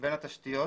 בין התשתיות